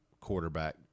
quarterback